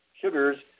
sugars